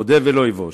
אודה ולא אבוש,